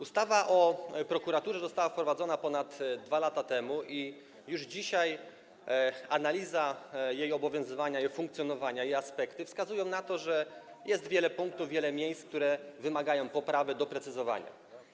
Ustawa o prokuraturze została wprowadzona w życie ponad 2 lata temu i już dzisiaj analiza jej obowiązywania, jej funkcjonowania, jej aspekty, wskazują na to, że jest wiele punktów, wiele miejsc, które wymagają poprawy, doprecyzowania.